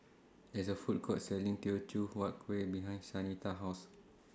There IS A Food Court Selling Teochew Huat Kueh behind Shanita's House